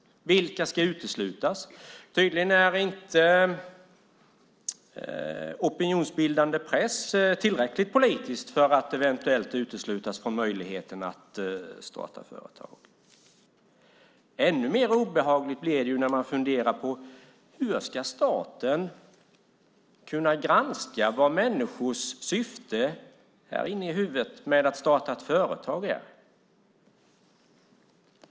Vilka ska uteslutas? Tydligen är inte opinionsbildande press tillräckligt politiskt för att eventuellt uteslutas från möjligheterna att starta företag. Ännu mer obehagligt blir det ju när man funderar på hur staten ska kunna granska vad människors syfte, inne i huvudet, är med att starta ett företag.